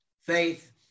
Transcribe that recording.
Faith